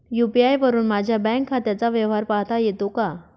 UPI वरुन माझ्या bank खात्याचा व्यवहार पाहता येतो का?